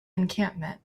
encampment